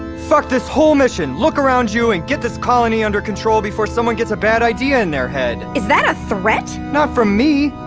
fuck this whole mission! look around you, and get this colony under control before someone gets a bad idea in their head is that a threat? not from me.